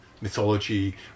mythology